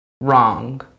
wrong